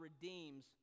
redeems